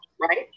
right